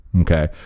okay